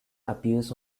appears